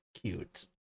cute